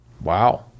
wow